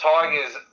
Tigers